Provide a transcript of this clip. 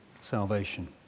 salvation